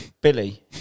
Billy